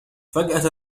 فجأة